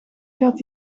gaat